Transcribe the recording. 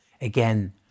Again